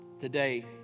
today